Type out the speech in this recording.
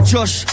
Josh